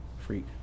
Freak